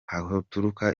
haturuka